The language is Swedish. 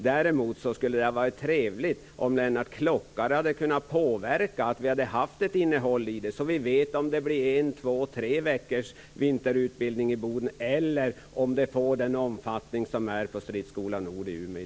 Däremot skulle det ha varit trevligt om Lennart Klockare hade kunnat påverka så att det hade funnits ett innehåll. Därmed skulle vi veta om det blir en veckas eller två eller tre veckors vinterutbildning i Boden eller om det blir samma omfattning som på Stridsskola Nord i